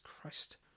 Christ